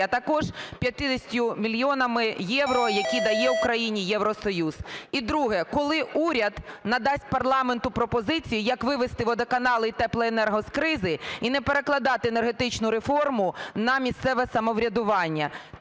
а також 50 мільйонами євро, які дає Україні Євросоюз? І друге. Коли уряд надасть парламенту пропозицію, як вивести водоканали і теплоенерго з кризи і не перекладати енергетичну реформу на місцеве самоврядування?